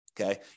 Okay